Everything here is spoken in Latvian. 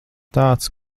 tāds